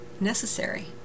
necessary